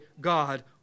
God